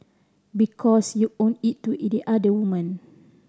because you owe it to it the other woman